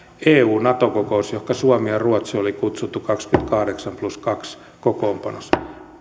eu nato kokous johonka suomi ja ruotsi oli kutsuttu kaksikymmentäkahdeksan plus kaksi kokoonpanossa